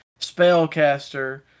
spellcaster